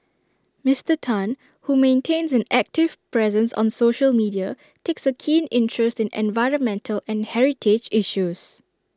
Mister Tan who maintains an active presence on social media takes A keen interest in environmental and heritage issues